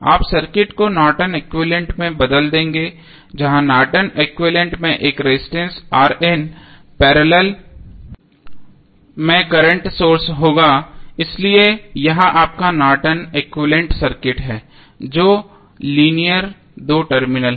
आप सर्किट को Norton equivalent Nortons equivalent में बदल देंगे जहाँ नॉर्टन एक्विवैलेन्ट Nortons equivalent में एक रेजिस्टेंस के साथ पैरेलल में करंट सोर्स होगा इसलिए यह आपका Norton equivalent circuit Nortons equivalent circuit है जो लीनियर दो टर्मिनल है